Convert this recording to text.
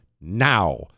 now